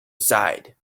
side